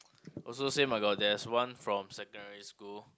also same I got there is one from secondary school